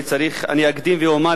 אני אקדים ואומר,